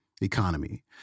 economy